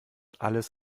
alles